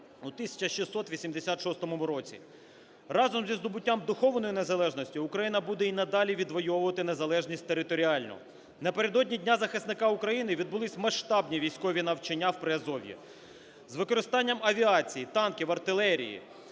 у 1686 році. Разом зі здобуттям духовної незалежності Україна буде і надалі відвойовувати незалежність територіальну. Напередодні Дня захисника України відбулися масштабні військові навчання в Приазов'ї з використанням авіації, танків, артилерії.